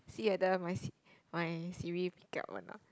see whether my Si~ my Siri pick up or not